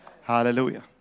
Hallelujah